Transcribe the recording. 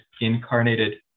incarnated